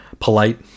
polite